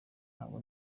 ntabwo